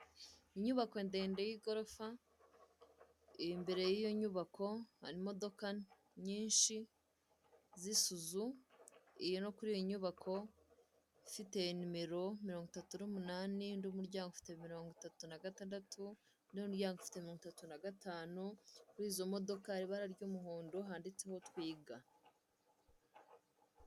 Inyubako ndende y'igorofa iri imbere y'iyo nyubako hari imodoka nyinshi z'isuzu, iri no kuri iyo nyubako ifite nimero mirongo itatu n'umunani, undi muryango ufite mirongo itatu na gatandatu undi muryango ufite nirongo itatu na gatantu kuri izo modoka hari ibara ry'umuhondo handitseho twiga.